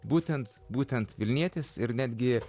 būtent būtent vilnietis ir netgi